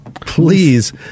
Please